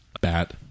bat